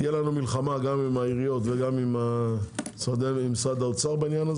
תהיה לנו מלחמה גם עם העיריות וגם עם משרד האוצר בעניין,